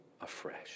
afresh